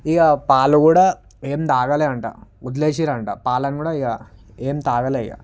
ఇక పాలు కూడా ఏం తాగలే అంట వదిలేసినారు అంట పాలను కూడా ఇక ఏం తాగలే ఇక